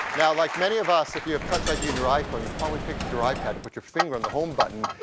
now like many of us, if you have touch id and your iphone, you've probably picked up your ipad and put your finger on the home button,